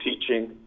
teaching